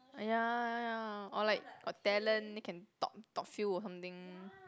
ya ya ya or like got talent then can top top few of something